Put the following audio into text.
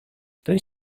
ten